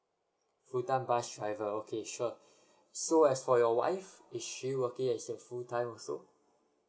full time bus driver okay sure so as for your wife is she working as a full time also